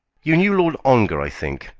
you knew lord ongar, i think,